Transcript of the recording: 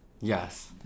Yes